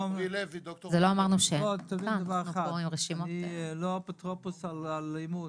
תדעו דבר אחד, אני לא אפוטרופוס על אלימות.